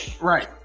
right